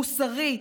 מוסרי,